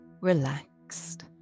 relaxed